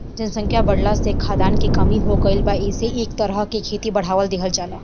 जनसंख्या बाढ़ला से खाद्यान के कमी हो गईल बा एसे एह तरह के खेती के बढ़ावा देहल जाता